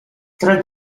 tra